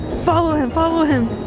follow him, follow him.